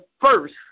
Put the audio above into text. first